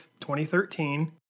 2013